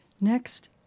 Next